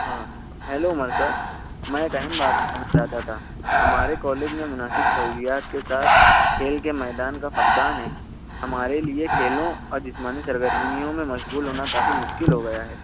ہاں hello Umar sir میں ایک اہم بات کرنا چاہتا تھا ہمارے کالج میں منعقد سہولیات کے ساتھ کھیل کے میدان کا فقدان ہے ہمارے لیے کھیلوں اور جسمانی سرگرمیوں میں مشغول ہونا کافی مشکل ہو گیا ہے